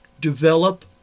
develop